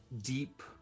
deep